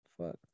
fuck